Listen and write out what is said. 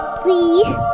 Please